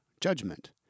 judgment